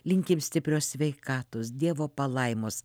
linkim stiprios sveikatos dievo palaimos